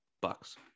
Bucks